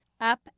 Up